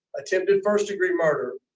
attendant first-degree murder.